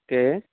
okay